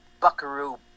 Buckaroo